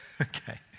okay